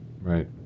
Right